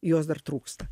jos dar trūksta